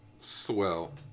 Swell